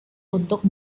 untuk